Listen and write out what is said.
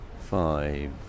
five